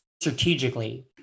strategically